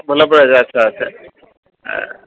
ଭଲ ପରିବା ଆଚ୍ଛା ଆଚ୍ଛା